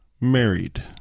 Married